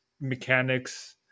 mechanics